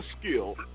skill